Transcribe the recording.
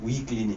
we clean it